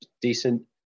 decent